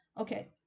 okay